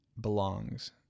belongs